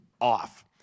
off